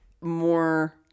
more